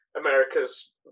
America's